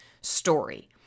story